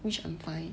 which I'm fine